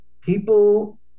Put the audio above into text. people